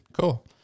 cool